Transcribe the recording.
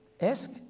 ask